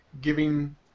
giving